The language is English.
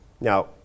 Now